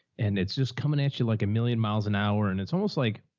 and it's just coming at you like a million miles an hour. and it's almost like,